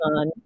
on